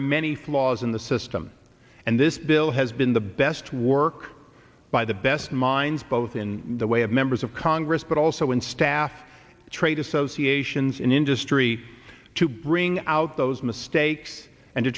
are many flaws in the system and this bill has been the best work by the best minds both in the way of members of congress but also in staff trade associations in industry to bring out those mistakes and to